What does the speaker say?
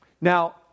Now